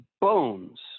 bones